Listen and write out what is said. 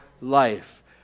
life